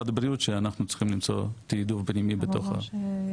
הבריאות שאנחנו צריכים למצוא תיעדוף בתוך המשרד.